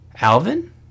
Alvin